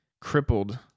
crippled